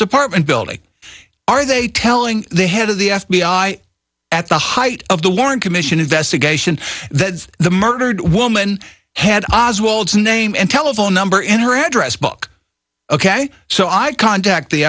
apartment building are they telling the head of the f b i at the height of the warren commission investigation that the murdered woman had oz wald's name and telephone number in her address book ok so i contact the